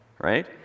right